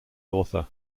author